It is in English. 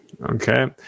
Okay